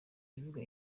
ivuga